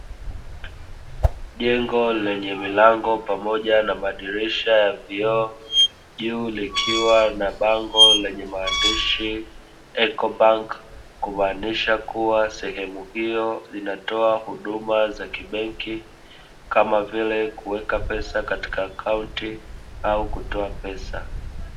Jengo lenye milango pamoja na madirisha ya vioo, juu likiwa na bango lenye maandishi "eko banki", kumaanisha kuwa sehemu hiyo inatoa huduma za kibenki, kama vile kuweka pesa katika akaunti au kutoa pesa.